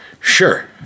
sure